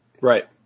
Right